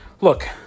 Look